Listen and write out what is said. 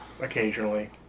occasionally